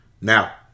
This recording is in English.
Now